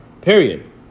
period